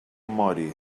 mori